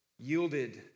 yielded